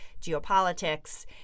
geopolitics